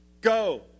Go